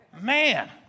Man